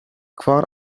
kvar